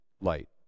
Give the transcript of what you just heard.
light